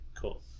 cool